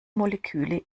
moleküle